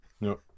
No